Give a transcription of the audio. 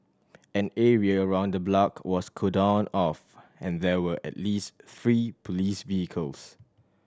an area around the block was cordoned off and there were at least three police vehicles